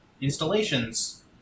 installations